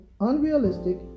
unrealistic